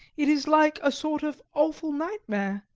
it is like a sort of awful nightmare.